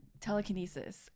Telekinesis